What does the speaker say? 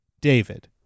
David